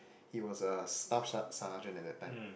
he was a staff ser~ sergeant at that time